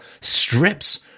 strips